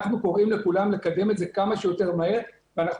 אנחנו קוראים לכולם לקדם את זה כמה שיותר מהר ואנחנו